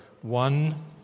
One